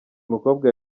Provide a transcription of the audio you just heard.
mukobwa